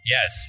Yes